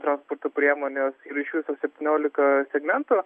transporto priemonės ir iš viso septyniolika segmentų